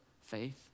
faith